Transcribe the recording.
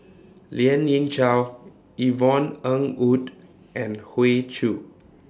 Lien Ying Chow Yvonne Ng Uhde and Hoey Choo